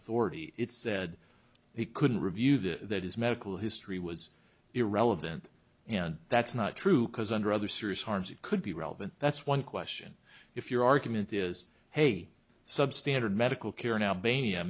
authority it said he couldn't review this that his medical history was irrelevant and that's not true because under other serious harms it could be relevant that's one question if your argument is hey substandard medical care in albania